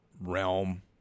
realm